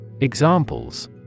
Examples